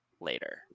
later